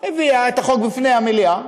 הביאה את החוק בפני המליאה,